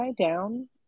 down